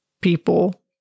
people